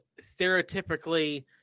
stereotypically